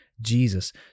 Jesus